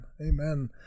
Amen